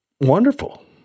wonderful